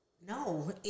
No